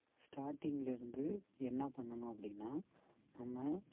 ஸ்டார்டிங்கிலேருந்து என்ன பண்ணணும் அப்படின்னா நம்ம